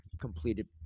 completed